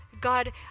God